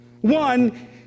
One